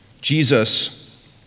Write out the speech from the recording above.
Jesus